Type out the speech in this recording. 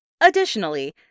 Additionally